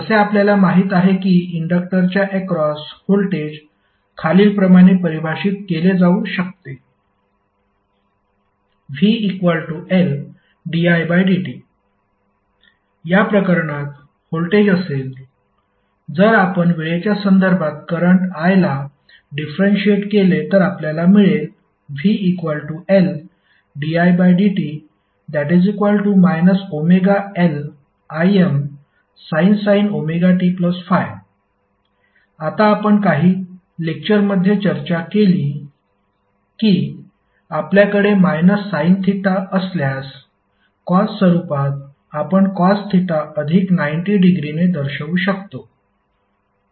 जसे आपल्याला माहित आहे की इंडक्टरच्या अक्रॉस व्होल्टेज खालीलप्रमाणे परिभाषित केले जाऊ शकते vLdidt या प्रकरणात व्होल्टेज असेल जर आपण वेळेच्या संदर्भात करंट i ला डिफरेन्शिएट केले तर आपल्याला मिळेल vLdidt ωLImsin ωt∅ आता आपण काही लेक्टरमध्ये चर्चा केली की आपल्याकडे मायनस साइन थिटा असल्यास कॉस स्वरूपात आपण कॉस थिटा अधिक 90 डिग्रीने दर्शवू शकतो